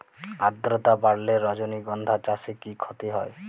আদ্রর্তা বাড়লে রজনীগন্ধা চাষে কি ক্ষতি হয়?